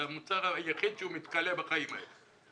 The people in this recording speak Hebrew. זה המוצר היחיד שמתכלה בחיים האלה.